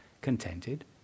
contented